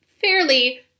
fairly